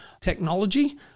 technology